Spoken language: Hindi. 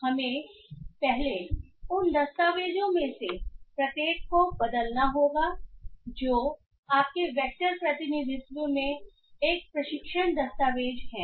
इसलिए हमें पहले उन दस्तावेजों में से प्रत्येक को बदलना होगा जो आपके वेक्टर प्रतिनिधित्व में एक प्रशिक्षण दस्तावेज है